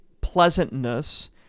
pleasantness